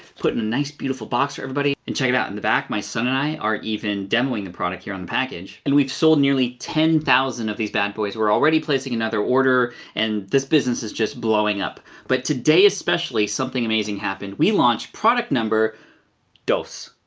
put it in a nice beautiful box for everybody, and check it out, in the back, my son and i are even demoing the product here on the package. and we've sold nearly ten thousand of these bad boys. we're already placing another order and this business is just blowing up. but today especially, something amazing happened. we launched product number dos.